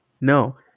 No